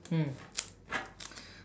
mm